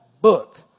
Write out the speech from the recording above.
book